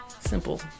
simple